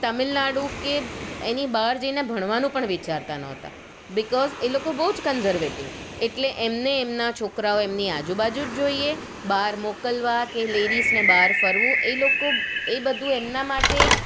તમિલનાડુ કે એની બહાર જઈને ભણવાનું પણ વિચારતા નોતા બીકોઝ એ લોકો બહુ જ કંઝરવેટિવ એટલે એમને એમના છોકરાઓ એમની આજુબાજુ જ જોઈએ બહાર મોકલવા કે લેડિઝને બહાર ફરવું એ લોકો એ બધું એમના માટે એક